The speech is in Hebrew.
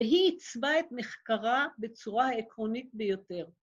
‫היא עיצבה את מחקרה ‫בצורה העקרונית ביותר.